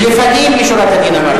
לפנים משורת הדין אמרתי.